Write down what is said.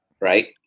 Right